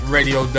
Radio